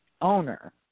owner